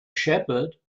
shepherd